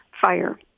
fire